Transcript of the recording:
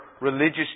religious